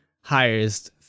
highest